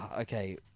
okay